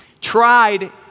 Tried